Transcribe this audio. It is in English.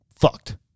fucked